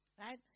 right